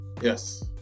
Yes